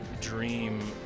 dream